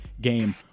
game